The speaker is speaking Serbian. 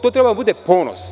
To treba da bude ponos.